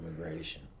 immigration